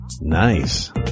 Nice